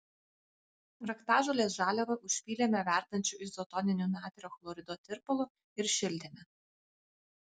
raktažolės žaliavą užpylėme verdančiu izotoniniu natrio chlorido tirpalu ir šildėme